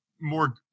more